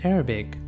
Arabic